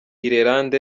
ireland